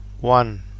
one